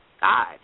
God